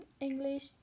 English